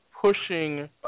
pushing